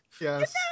Yes